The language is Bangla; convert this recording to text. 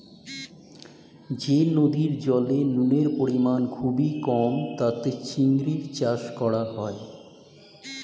যে নদীর জলে নুনের পরিমাণ খুবই কম তাতে চিংড়ির চাষ করা হয়